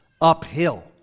uphill